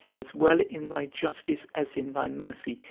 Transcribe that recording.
as well in thy justice as in thy mercy,